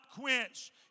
quench